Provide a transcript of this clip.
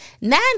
nine